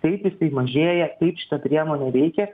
taip jisai mažėja taip šita priemonė veikia